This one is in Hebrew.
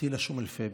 אטילה שומפלבי.